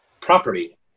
property